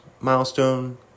Milestone